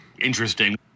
interesting